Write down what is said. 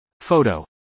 photo